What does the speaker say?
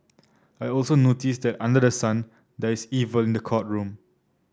I also noticed that under the sun there is evil in the courtroom